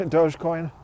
Dogecoin